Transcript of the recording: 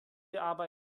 bearbeiten